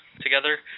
together